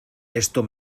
esto